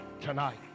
tonight